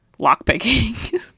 lockpicking